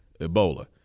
ebola